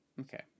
Okay